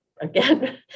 again